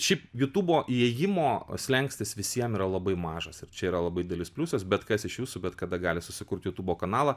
šiaip jutubo įėjimo slenkstis visiem yra labai mažas ir čia yra labai didelis pliusas bet kas iš jūsų bet kada gali susikurt jutubo kanalą